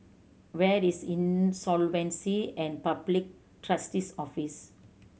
where is Insolvency and Public Trustee's Office